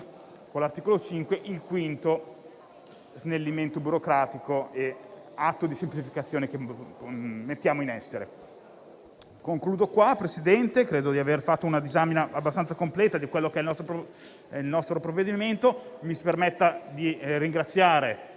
con l'articolo 5, è il quinto snellimento burocratico e atto di semplificazione che mettiamo in essere. Signor Presidente, concludo credendo di aver fatto una disamina abbastanza completa del nostro provvedimento. Mi si permetta di ringraziare